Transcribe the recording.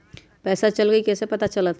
पैसा चल गयी कैसे पता चलत?